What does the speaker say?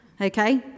Okay